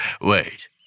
Wait